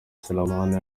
selemani